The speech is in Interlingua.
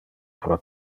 pro